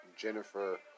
Jennifer